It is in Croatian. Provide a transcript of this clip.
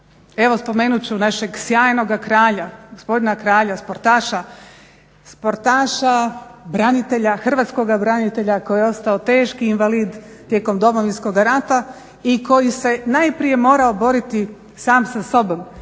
evo spomenut ću našeg sjajnoga Kralja, gospodina Kralja, sportaša, branitelja, hrvatskoga branitelja koji je ostao teški invalid tijekom Domovinskog rata i koji se najprije morao boriti sam sa sobom,